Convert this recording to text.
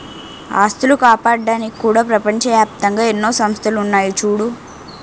ఆస్తులు కాపాడ్డానికి కూడా ప్రపంచ ఏప్తంగా ఎన్నో సంస్థలున్నాయి చూడూ